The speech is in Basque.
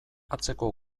atzeko